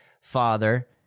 father